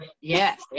yes